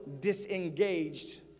disengaged